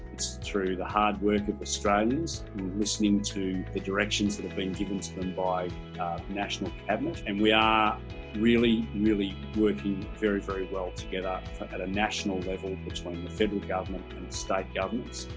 it's through the hard work of australians listening to the directions that have been given to them by national cabinet and we are really really working very very well together at a national level between the federal government and state governments.